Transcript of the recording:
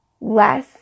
less